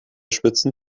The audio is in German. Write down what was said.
schwitzen